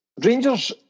Rangers